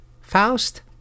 Faust